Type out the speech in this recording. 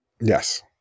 Yes